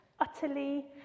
utterly